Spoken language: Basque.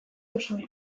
duzue